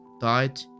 died